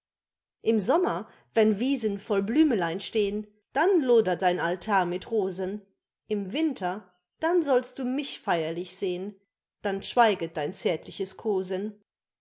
im sommer wenn wiesen voll blümelein stehn dann lodert dein altar mit rosen im winter dann sollst du mich feierlich sehn dann schweiget dein zärtliches kosen